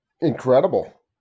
incredible